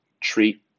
treat